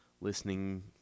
listening